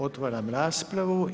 Otvaram raspravu.